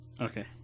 Okay